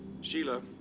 Sheila